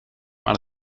maar